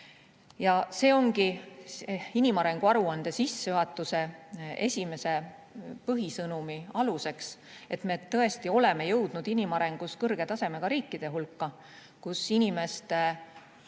Ja see ongi inimarengu aruande sissejuhatuse esimese põhisõnumi aluseks, et me tõesti oleme jõudnud inimarengus kõrge tasemega riikide hulka, kus inimeste